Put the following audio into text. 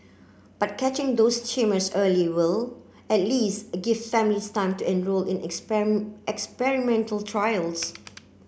but catching those tumours early will at least give families time to enrol in experimental trials